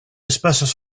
espaces